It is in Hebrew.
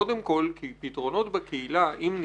זה נורא קודם כל כי פתרונות בקהילה, אם ניתן,